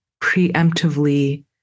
preemptively